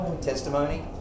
testimony